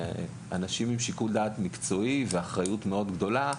אנשים עם שיקול דעת מקצועי ואחריות מאוד גדולה,